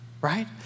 right